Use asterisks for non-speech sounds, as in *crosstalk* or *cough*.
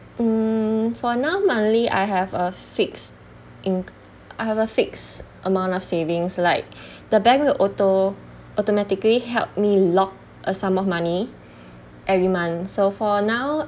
mm for now monthly I have a fixed inc~ I have a fixed amount of savings like *breath* the bank will auto~ automatically help me lock a sum of money every month so for now